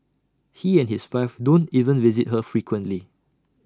he and his wife don't even visit her frequently